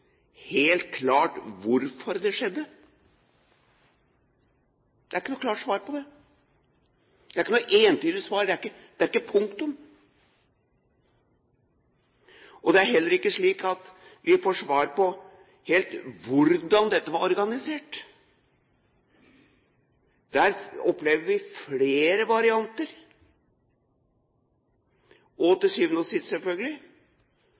helt klart hvorfor det skjedde. Det er ikke noe klart svar på det. Det er ikke noe entydig svar, det er ikke noe punktum. Det er heller ikke slik at vi får helt svar på hvordan dette var organisert. Der opplever vi flere varianter. Til syvende og sist, selvfølgelig: